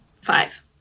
Five